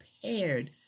prepared